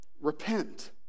Repent